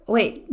Wait